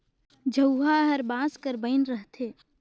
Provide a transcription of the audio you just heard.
झउहा हर बांस कर बइन रहथे